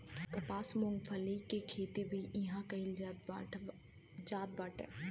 कपास, मूंगफली के खेती भी इहां कईल जात बाटे